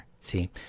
See